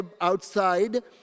outside